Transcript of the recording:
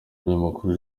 umunyamakuru